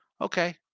Okay